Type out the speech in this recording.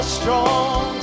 strong